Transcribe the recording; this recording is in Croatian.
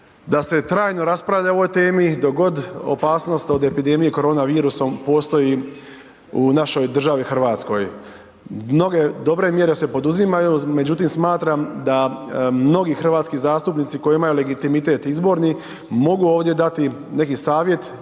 da se trajno raspravlja o ovoj temi dok god opasnost od epidemije koronavirusom postoji u našoj državi Hrvatskoj. Mnoge dobre mjere se poduzimaju, međutim, smatram da mnogi hrvatski zastupnici koji imaju legitimitet izborni mogu ovdje dati neki savjet,